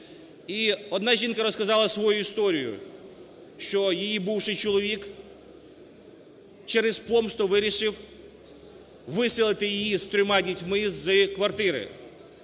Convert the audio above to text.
І одна жінка розказала свою історію, що її бувший чоловік через помсту вирішив виселити її з трьома дітьми з квартири.